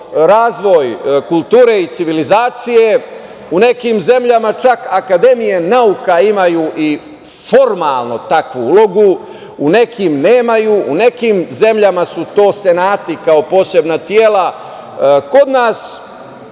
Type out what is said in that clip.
razvoj kulture i civilizacije. U nekim zemljama čak akademije nauka imaju i formalno takvu ulogu. U nekim nemaju. U nekim zemljama su to senata kao posebna tela. Kod nas